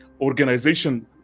organization